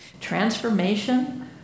transformation